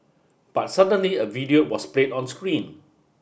but suddenly a video was played on screen